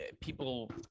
people